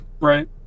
Right